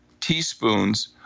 teaspoons